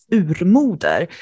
urmoder